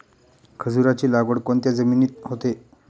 खजूराची लागवड कोणत्या जमिनीत होते?